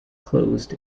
closed